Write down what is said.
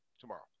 tomorrow